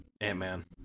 Ant-Man